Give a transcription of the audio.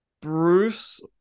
Bruce